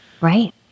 right